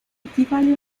equivale